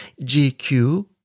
GQ